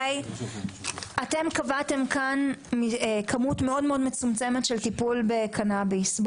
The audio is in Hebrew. אתם קבעתם כאן כמות מאוד מצומצמת של טיפול בקנביס.